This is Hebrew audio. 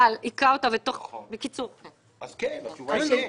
אבל תוך כדי --- אז התשובה היא כן.